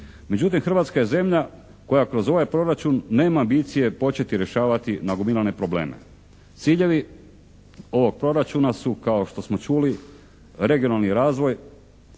Međutim Hrvatska je zemlja koja kroz ovaj proračun nema ambicije početi rješavati nagomilane probleme. Ciljevi ovog proračuna su kao što smo čuli, regionalni razvoj,